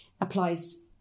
applies